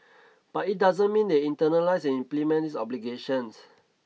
but it doesn't mean they internalise and implement these obligations